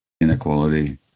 inequality